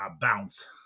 bounce